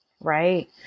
Right